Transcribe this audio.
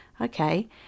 okay